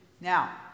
Now